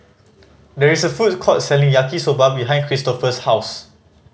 there is a food court selling Yaki Soba behind Cristofer's house